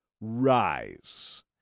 rise